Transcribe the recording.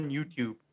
YouTube